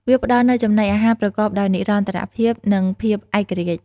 វាផ្តល់នូវចំណីអាហារប្រកបដោយនិរន្តរភាព និងភាពឯករាជ្យ។